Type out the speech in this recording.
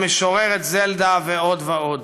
המשוררת זלדה ועוד ועוד.